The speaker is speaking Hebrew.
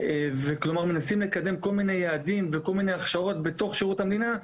כלומר מנסים לקדם כל מיני יעדים וכל מיני הכשרות בתוך שירות המדינה,